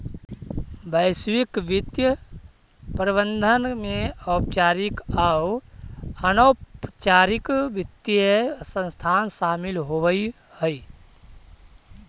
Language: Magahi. वैश्विक वित्तीय प्रबंधन में औपचारिक आउ अनौपचारिक वित्तीय संस्थान शामिल होवऽ हई